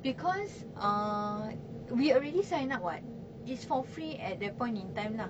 because uh we already signed up [what] it's for free at that point in time lah